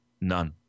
None